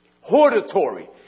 Hortatory